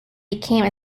became